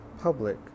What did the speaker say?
public